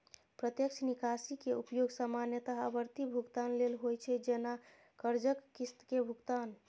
प्रत्यक्ष निकासी के उपयोग सामान्यतः आवर्ती भुगतान लेल होइ छै, जैना कर्जक किस्त के भुगतान